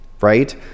right